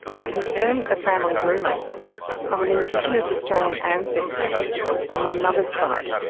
and confirmed a family rumour of an indigenous australian ancestor on my mother's side.